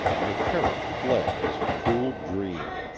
my terror fled as a cruel dream.